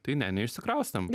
tai ne neišsikraustėm